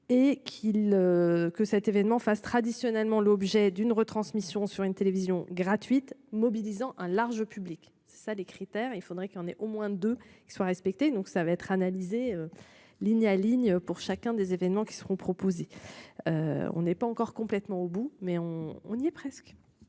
Que cet événement fasse traditionnellement l'objet d'une retransmission sur une télévision gratuite mobilisant un large public ça les critères il faudrait qu'il en ait au moins deux soient respectés. Donc ça va être analysé. Ligne à ligne pour chacun des événements qui seront proposées. On n'est pas encore complètement au bout mais on on y est presque.